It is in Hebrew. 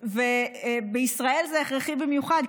בישראל זה הכרחי במיוחד,